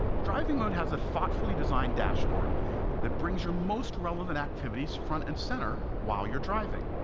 driving mode has a thoughtfully designed dashboard that brings your most relevant activities front and center while you're driving,